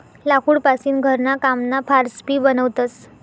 लाकूड पासीन घरणा कामना फार्स भी बनवतस